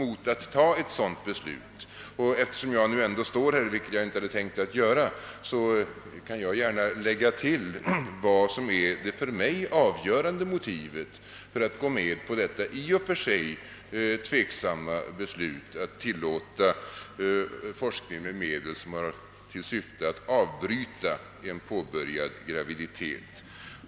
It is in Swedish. Eftersom jag ändå står här i talarstolen, vilket jag inte hade tänkt att göra, vill jag nämna vad som för mig har varit det avgörande motivet för att gå med på det i och för sig tveksamma beslutet att tillåta forskning med medel, som har till syfte att avbryta en påbörjad graviditet.